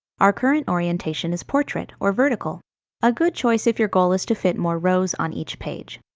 our current orientation is portrait or vertical a good choice if your goal is to fit more rows on each page.